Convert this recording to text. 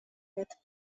with